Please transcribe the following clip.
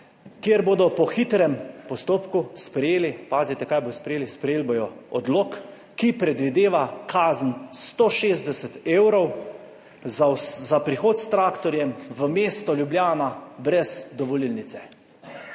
kjer bodo po hitrem postopku sprejeli - pazite kaj bodo sprejeli -, sprejeli bodo odlok, ki predvideva kazen 160 evrov za prihod s traktorjem v mesto Ljubljana brez dovolilnice.